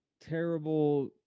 terrible